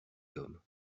hommes